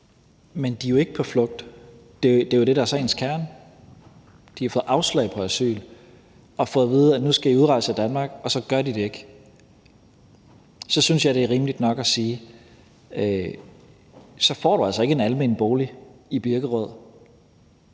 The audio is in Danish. Men de er jo ikke på flugt. Det er jo det, der er sagens kerne. De har fået afslag på asyl og har fået at vide, at nu skal I udrejse af Danmark, og så gør de det ikke. Så synes jeg, det er rimeligt nok at sige, at du altså ikke får en almen bolig i Birkerød